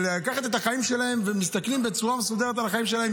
שלוקחים את החיים שלהם ומסתכלים בצורה מסודרת יותר על החיים שלהם.